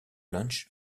launched